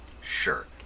Sure